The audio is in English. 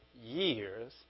years